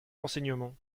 renseignements